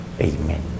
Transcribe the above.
Amen